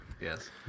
Yes